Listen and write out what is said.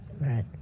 Right